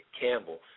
Campbell